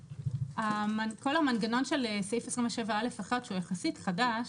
כל המנגנון של סעיף 27א1, שהוא יחסית חדש,